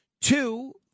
Two